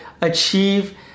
achieve